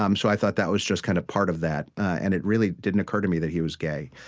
um so i thought that was just kind of part of that. and it really didn't occur to me that he was gay.